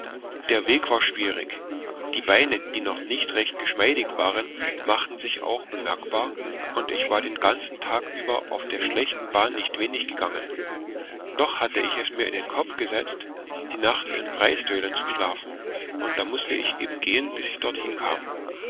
der weg war schwierig die beine die noch nicht recht geschmeidig waren machten sich auch bemerkbar und ich war den tag über auf der schlechten bahn nicht wenig gegangen doch hatte ich es mir in den kopf gesetzt die nacht in breistölen zu schlafen und da mußte ich eben gehen bis ich dorthin kam